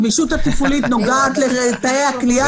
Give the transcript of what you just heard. הגמישות התפעולית נוגעת לתאי הכליאה.